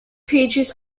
pages